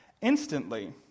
Instantly